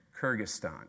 Kyrgyzstan